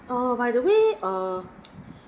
oh by the way err